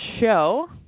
show